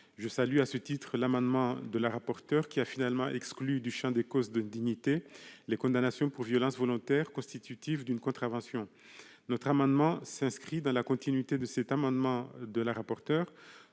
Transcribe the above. Je salue à ce titre l'amendement de Mme la rapporteure, qui a finalement exclu du champ des causes d'indignité les condamnations pour violences volontaires, constitutives d'une contravention. Notre amendement tend à s'inscrire dans la continuité de celui de la rapporteure,